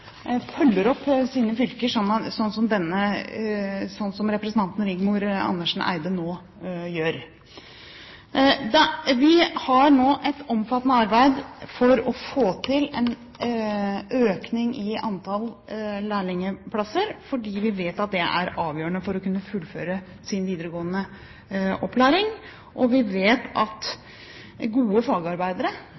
følger opp sine fylker – slik som representanten Rigmor Andersen Eide nå gjør. Vi har nå et omfattende arbeid for å få til en økning i antall lærlingplasser, fordi vi vet at det er avgjørende for å kunne fullføre videregående opplæring. Vi har jo egentlig to utfordringer når det gjelder yrkesfagene. Det ene er at